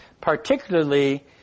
particularly